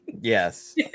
Yes